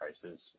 prices